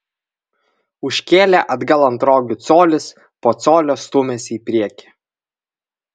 užkėlę atgal ant rogių colis po colio stūmėsi į priekį